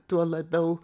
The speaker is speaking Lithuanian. tuo labiau